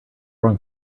wrong